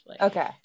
okay